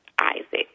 Isaac